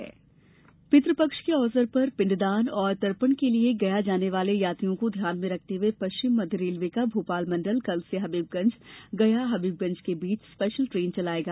विशेष train पितृपक्ष के अवसर पर पिंडदान और तर्पण के लिए गया जाने वाले यात्रियों को ध्यान में रखते हुए पश्चिम मध्य रेलवे का भोपाल मंडल कल से हबीबगंज गया हबीबगंज के बीच स्पेशल ट्रेन चलायेगा